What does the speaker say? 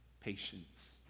Patience